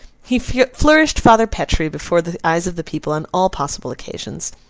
he flourished father petre before the eyes of the people on all possible occasions.